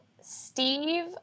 Steve